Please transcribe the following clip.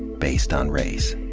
based on race.